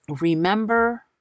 remember